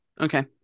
Okay